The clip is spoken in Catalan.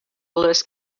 les